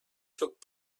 took